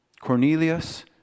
Cornelius